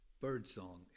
birdsong